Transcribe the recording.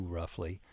roughly